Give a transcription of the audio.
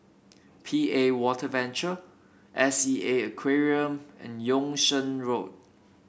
P A Water Venture S E A Aquarium and Yung Sheng Road